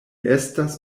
estas